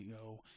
go